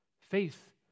Faith